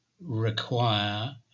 require